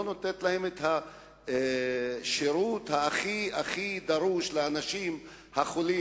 נותנת להם את השירות הכי הכי דרוש לאנשים החולים.